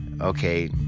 okay